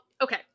okay